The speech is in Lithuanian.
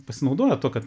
pasinaudoja tuo kad